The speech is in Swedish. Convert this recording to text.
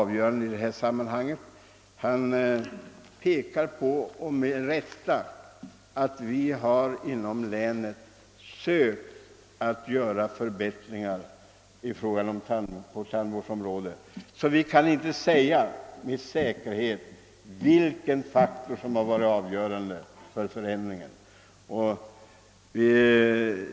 Han påpekar — med rätta — att vi inom länet försökt införa också andra förbättringar på tandvårdsområdet. Han kan därför inte med säkerhet säga vilken faktor som varit avgörande för förbättringen.